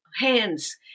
hands